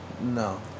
No